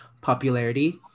popularity